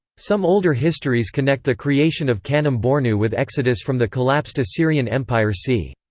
some older histories connect the creation of kanem-bornu with exodus from the collapsed assyrian empire c.